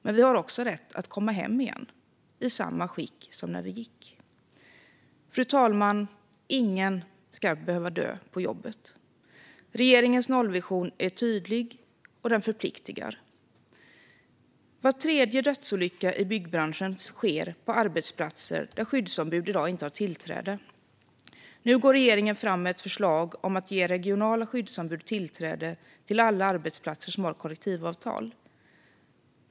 Men vi har också rätt att komma hem igen i samma skick som när vi gick. Fru talman! Ingen ska behöva dö på jobbet. Regeringens nollvision är tydlig och förpliktar. Var tredje dödsolycka i byggbranschen sker på arbetsplatser där skyddsombud i dag inte har tillträde. Nu går regeringen fram med ett förslag om att ge regionala skyddsombud tillträde till alla arbetsplatser som har kollektivavtal.